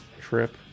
trip